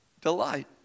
delight